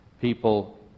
People